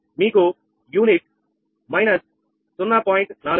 మీకు యూనిట్−0